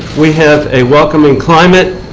we have a welcoming climate.